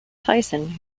tyson